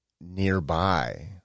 nearby